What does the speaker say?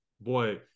boy –